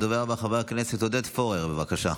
הדובר הבא, חבר הכנסת עודד פורר, בבקשה.